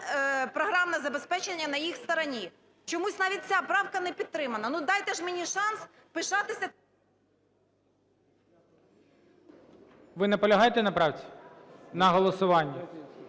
програмне забезпечення на їх стороні. Чомусь навіть ця правка не підтримана. Ну, дайте ж мені шанс пишатися… ГОЛОВУЮЧИЙ. Ви наполягаєте на правці, на голосуванні?